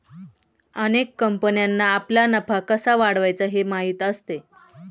अनेक कंपन्यांना आपला नफा कसा वाढवायचा हे माहीत असते